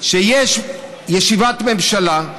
כשיש ישיבת ממשלה,